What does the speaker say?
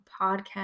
Podcast